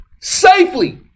safely